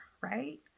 right